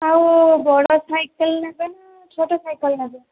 ଆଉ ବଡ଼ ସାଇକେଲ୍ ନେବେ ନା ଛୋଟ ସାଇକେଲ୍ ନେବେ